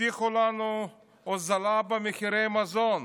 הבטיחו לנו הורדה במחירי המזון.